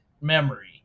memory